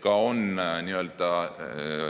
Jah,